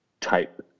type